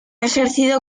ejercido